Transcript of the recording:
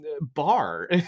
bar